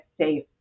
safe